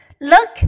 Look